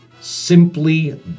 Simply